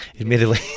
admittedly